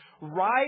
right